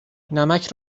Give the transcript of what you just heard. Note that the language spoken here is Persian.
نمک